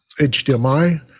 HDMI